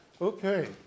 Okay